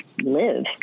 live